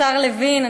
השר לוין,